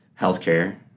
Healthcare